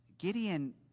Gideon